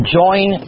join